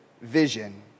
vision